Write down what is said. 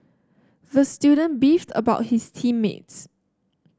the student beefed about his team mates